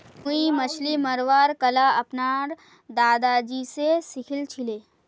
मुई मछली मरवार कला अपनार दादाजी स सीखिल छिले